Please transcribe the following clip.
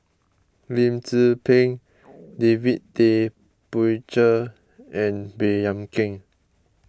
Lim Tze Peng David Tay Poey Cher and Baey Yam Keng